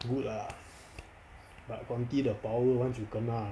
good ah but conti the power once you kena